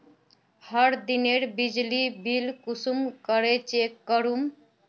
हर दिनेर बिजली बिल कुंसम करे चेक करूम?